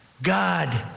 god,